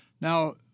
Now